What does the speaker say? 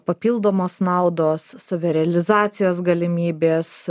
papildomos naudos savirealizacijos galimybės